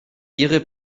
ihre